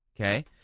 Okay